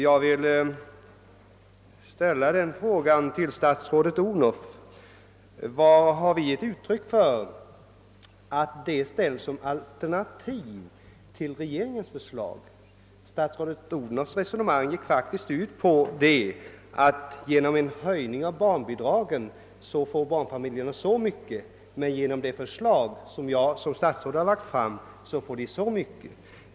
Jag vill ställa den frågan till statsrådet Odhnoff: Var har vi gett uttryck för att denna ställs som alternativ till regeringens förslag? Statsrådet Odhnoffs resonemang gick faktiskt ut på att genom en höjning av barnbidragen skulle barnfamiljerna få så och så mycket, men genom det förslag som statsrådet har lagt fram skulle de få mera.